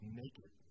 naked